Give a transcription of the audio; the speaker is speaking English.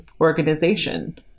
organization